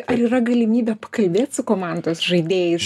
ar yra galimybė pakalbėt su komandos žaidėjais